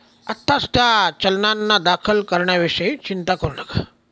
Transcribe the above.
आत्ताच त्या चलनांना दाखल करण्याविषयी चिंता करू नका